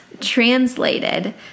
translated